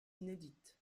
inédites